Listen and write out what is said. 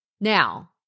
Now